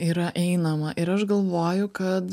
yra einama ir aš galvoju kad